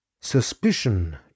suspicion